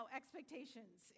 expectations